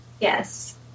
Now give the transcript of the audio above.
Yes